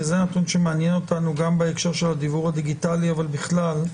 כי זה נתון שמעניין אותנו גם בהקשר של הדיוור הדיגיטלי אבל גם בכלל,